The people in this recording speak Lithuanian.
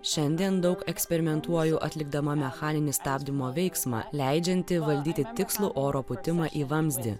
šiandien daug eksperimentuoju atlikdama mechaninį stabdymo veiksmą leidžiantį valdyti tikslų oro pūtimą į vamzdį